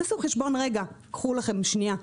תעשו חשבון רגע, קחו לכם שנייה,